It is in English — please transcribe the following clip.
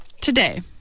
Today